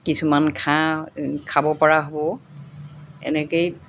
কিছুমান খা খাব পৰা হ'ব এনেকেই